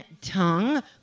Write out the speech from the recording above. tongue